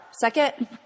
Second